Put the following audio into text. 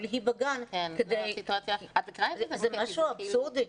אבל היא בגן כדי זה משהו אבסורדי.